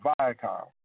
Viacom